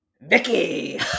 Vicky